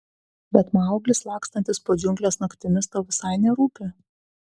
bet mauglis lakstantis po džiungles naktimis tau visai nerūpi